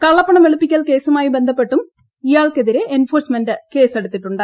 കള്ളപ്പണം വെളുപ്പിക്കൽ കേസുമായി ബന്ധപ്പെട്ടും ഇയാൾക്കെതിരെ എൻഫോഴ്സ്മെന്റ് കേസെടുത്തിട്ടുണ്ട്